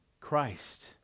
Christ